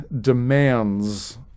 demands